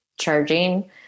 charging